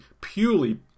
purely